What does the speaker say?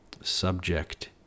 subject